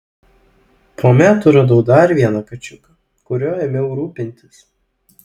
po metų radau dar vieną kačiuką kuriuo ėmiau rūpintis